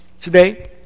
today